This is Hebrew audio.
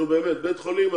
בית חולים,